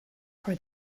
for